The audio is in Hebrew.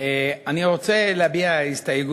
אני רוצה להביע הסתייגות.